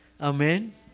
amen